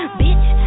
bitch